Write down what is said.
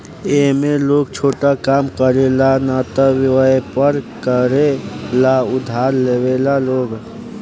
ए में लोग छोटा काम करे ला न त वयपर करे ला उधार लेवेला लोग